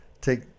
take